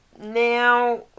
Now